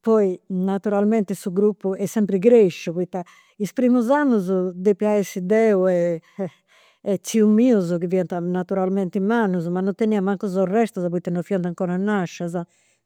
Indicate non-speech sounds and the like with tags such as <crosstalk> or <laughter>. poi naturalmenti su gruppu est sempri, <unintelligible> poita is primus annus depia essi deu e <hesitation> e tzius mius chi fiant naturalmenti mannus. Ma non tenia mancu sorrestas poita non fiant 'ncora nascias.